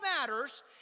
matters